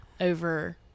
over